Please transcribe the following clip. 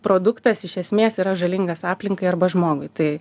produktas iš esmės yra žalingas aplinkai arba žmogui tai